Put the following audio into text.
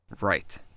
Right